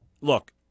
look